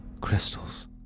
Crystals